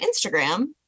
Instagram